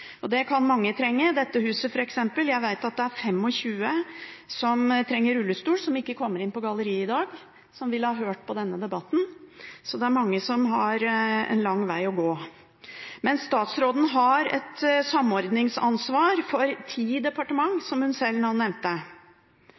Det kan mange trenge – dette huset, f.eks. Jeg vet at det er 25 som trenger rullestol, som ikke kommer inn på galleriet i dag, som ville ha hørt på denne debatten. Så det er mange som har en lang veg å gå. Men statsråden har et samordningsansvar for ti departementer, som hun sjøl nå nevnte.